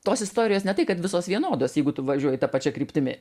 tos istorijos ne tai kad visos vienodos jeigu tu važiuoji ta pačia kryptimi